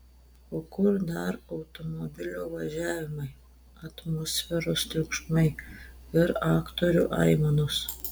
o kur dar automobilio važiavimai atmosferos triukšmai ir aktorių aimanos